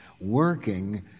Working